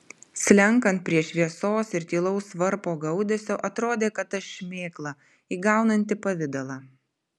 slenkant prie šviesos ir tylaus varpo gaudesio atrodė kad aš šmėkla įgaunanti pavidalą